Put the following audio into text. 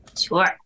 sure